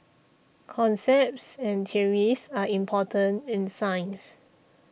concepts and theories are important in science